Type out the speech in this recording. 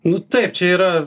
nu taip čia yra